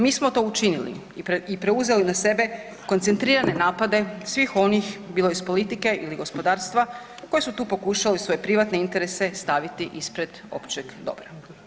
Mi smo to učinili i preuzeli na sebe koncentrirane napade svih onih bilo iz politike ili gospodarstva koji su tu pokušali svoj privatne interese staviti ispred općeg dobra.